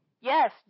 Yes